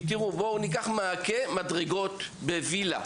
למשל, מעקה מדרגות בווילה